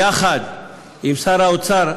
יחד עם שר האוצר,